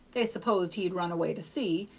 they supposed he'd run away to sea,